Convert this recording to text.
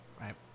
right